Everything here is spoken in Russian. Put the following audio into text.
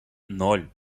ноль